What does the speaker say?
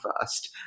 first